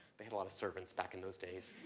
they had a lot of servants back in those days.